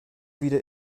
wieder